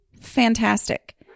fantastic